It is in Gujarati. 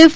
એફ